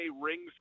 rings